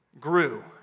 grew